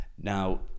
Now